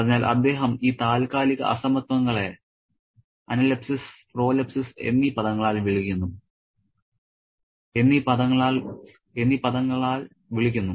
അതിനാൽ അദ്ദേഹം ഈ താൽക്കാലിക അസമത്വങ്ങളെ അനലെപ്സിസ് പ്രോലെപ്സിസ് എന്നീ പദങ്ങളാൽ വിളിക്കുന്നു